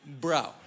Bro